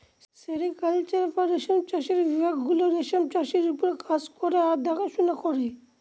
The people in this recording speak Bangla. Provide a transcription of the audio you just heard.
সেরিকালচার বা রেশম চাষের বিভাগ গুলো রেশমের চাষের ওপর কাজ করে আর দেখাশোনা করে